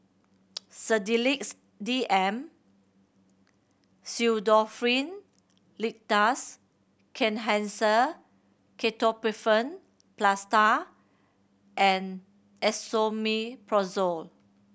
Sedilix D M Pseudoephrine Linctus Kenhancer Ketoprofen Plaster and Esomeprazole